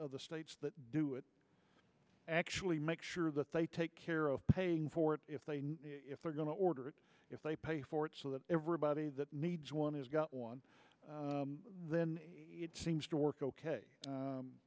of the states that do it actually make sure that they take care of paying for it if they if they're going to order it if they pay for it so that everybody that needs one has got one then it seems to work ok